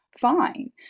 fine